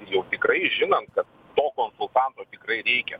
jau tikrai žinant kad to konsultanto tikrai reikia